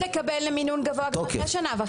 יש אפשרות לקבל למינון גבוה גם אחרי שנה וחצי.